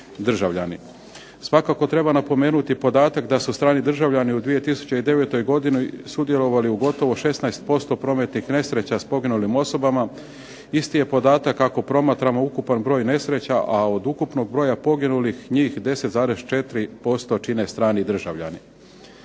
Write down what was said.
državljani. Svakako treba napomenuti podatak da su strani državljani u 2009. godini sudjelovali u gotovo 16% prometnih nesreća s poginulim osobama. Isti je podatak ako promatramo ukupan broj nesreća, a od ukupnog broja poginulih njih 10,4% čine strani državljani.